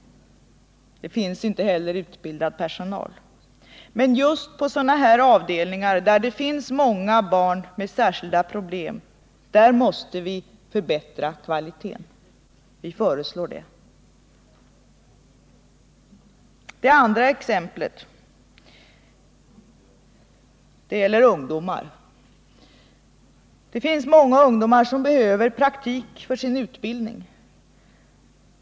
Det finns inte heller tillräckligt med utbildad personal. Men just på sådana avdelningar där det finns många barn med särskilda problem måste kvaliteten förbättras. Vi föreslår det. 2. Många ungdomar behöver praktik för sin utbildning.